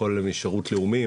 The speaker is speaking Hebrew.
שירות לאומי,